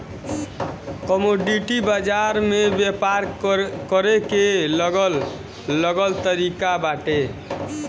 commodity बाजार में व्यापार करे के अलग अलग तरिका बाटे